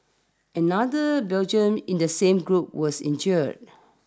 another Belgian in the same group was injured